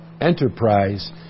enterprise